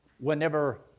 whenever